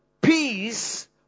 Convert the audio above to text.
Peace